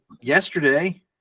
yesterday